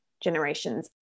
generations